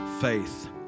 faith